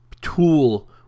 tool